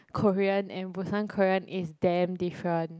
Korean and Busan Korean is damn different